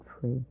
free